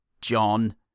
John